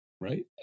Right